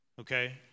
okay